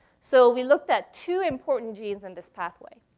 so we looked at two important genes in this pathway.